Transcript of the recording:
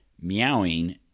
meowing